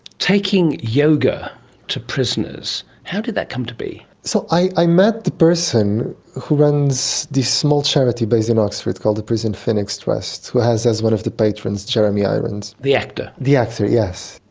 taking yoga to prisoners. how did that come to be? so i met the person who runs this small charity based in oxford called the prison phoenix trust who has as one of the patrons jeremy irons. the actor? the actor, yes.